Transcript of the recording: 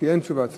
כי אין תשובת שר.